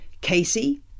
Casey